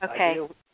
Okay